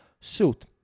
Suit